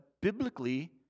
biblically